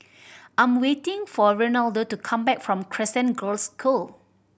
I am waiting for Reinaldo to come back from Crescent Girls' School